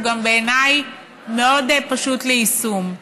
והוא גם בעיניי מאוד פשוט ליישום.